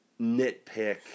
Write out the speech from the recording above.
nitpick